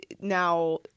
now